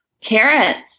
carrots